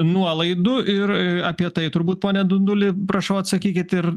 nuolaidų ir apie tai turbūt pone dunduli prašau atsakykit ir